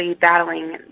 battling